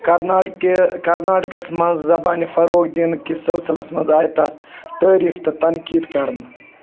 کرناٹکہِ کرناٹکَس منٛز زبانہِ فروغ دِنہٕ کِس سِلسِلَس منٛز آے تَس تعریٖف تہٕ تنقیٖد کرنہٕ